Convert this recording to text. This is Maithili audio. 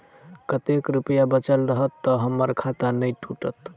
कतेक रुपया बचल रहत तऽ हम्मर खाता नै टूटत?